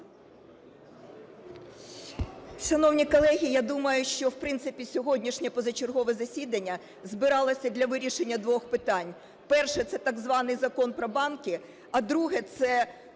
Шановні колеги, я думаю, що, в принципі, сьогоднішнє позачергове засідання збиралось для вирішення двох питань. Перше – це так званий Закон про банки, а друге – це